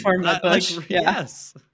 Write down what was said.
Yes